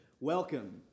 Welcome